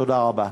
תודה רבה.